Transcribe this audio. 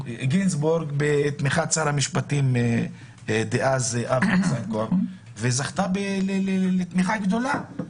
בתמיכת שר המשפטים ניסנקורן וזכתה לתמיכה גדולה.